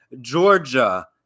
Georgia